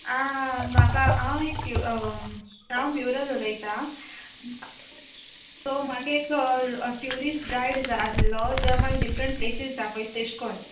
आं म्हाका हांव एक हांव म्युरल उलोयतां सो म्हाका एक ट्युरिस्ट गायड जाय आहलो जे म्हाका डिफरंट प्लेसीस दाखोयता तेशे कोन